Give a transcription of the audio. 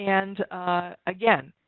and again,